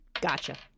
Gotcha